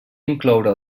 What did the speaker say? incloure